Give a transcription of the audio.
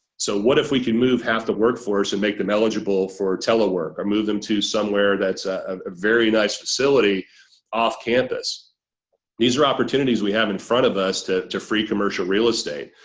so what if we can move half the workforce and make them eligible for telework or move them to somewhere that's a very nice facility off campus these are opportunities we have in front of us to to free commercial real estate.